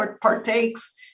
partakes